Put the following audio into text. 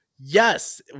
yes